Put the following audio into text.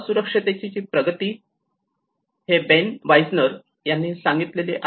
असुरक्षिततेची प्रगती हे बेन वाईजनर यांनी सांगितले आहे